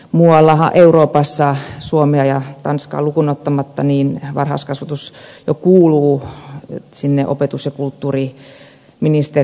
muualla euroopassahan suomea ja tanskaa lukuun ottamatta varhaiskasvatus kuuluu sinne opetus ja kulttuuriministeriön alle